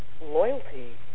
loyalty